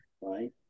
right